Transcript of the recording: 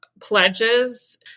pledges